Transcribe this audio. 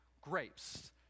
grapes